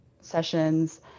sessions